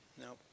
No